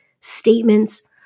statements